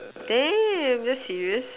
damn are you serious